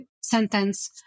sentence